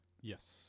yes